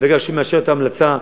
ברגע שמאשר את ההמלצה,